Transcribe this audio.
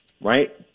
right